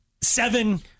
Seven